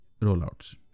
rollouts